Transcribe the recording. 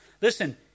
Listen